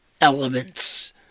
elements